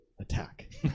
Attack